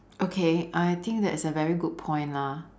okay I think that is a very good point lah